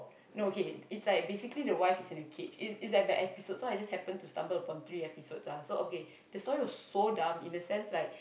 no okay it's like basically the wife is in a cage it's it's like by episodes so I just happen to stumble upon three episodes ah so okay the story was so dumb in the sense like